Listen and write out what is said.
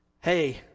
hey